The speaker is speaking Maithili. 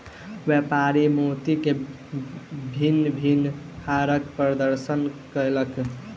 व्यापारी मोती के भिन्न भिन्न हारक प्रदर्शनी कयलक